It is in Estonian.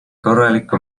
korralikku